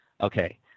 Okay